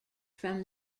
from